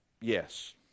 Yes